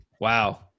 Wow